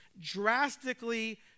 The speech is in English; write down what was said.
drastically